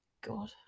God